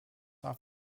off